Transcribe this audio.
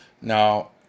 now